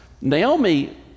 Naomi